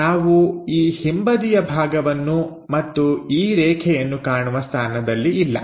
ನಾವು ಈ ಹಿಂಬದಿಯ ಭಾಗವನ್ನು ಮತ್ತು ಈ ರೇಖೆಯನ್ನು ಕಾಣುವ ಸ್ಥಾನದಲ್ಲಿ ಇಲ್ಲ